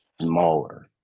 smaller